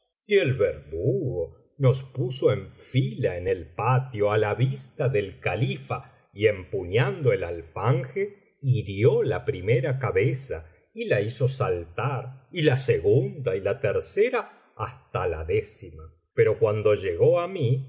el verdugo nos puso en fila en el patio á la vista del califa y empuñando el alfanje hirió la primera cabeza y la hizo saltar y la segunda y la tercer a hasta la décima pero cuando llegó á mi